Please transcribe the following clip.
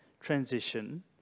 transition